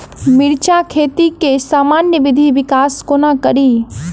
मिर्चा खेती केँ सामान्य वृद्धि विकास कोना करि?